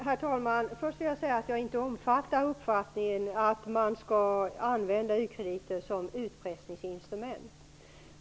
Herr talman! Först vill jag säga att jag inte omfattas av uppfattningen att man skall använda u-krediter som utpressningsinstrument.